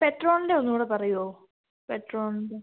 പെട്രോളിൻ്റ ഒന്ന് കൂടെ പറയാമോ പെട്രോളിൻ്റ